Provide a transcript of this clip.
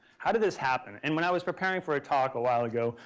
how did this happen? and when i was preparing for a talk a while ago,